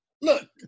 Look